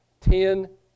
ten